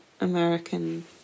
American